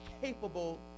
capable